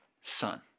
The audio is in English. son